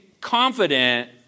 confident